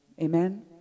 Amen